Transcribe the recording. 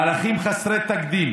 מהלכים חסרי תקדים